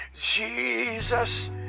jesus